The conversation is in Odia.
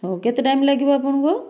ହେଉ କେତେ ଟାଇମ୍ ଲାଗିବ ଆପଣଙ୍କୁ